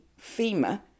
FEMA